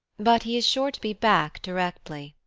but he is sure to be back directly.